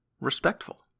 respectful